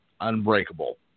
Unbreakable